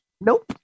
nope